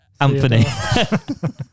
Anthony